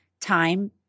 time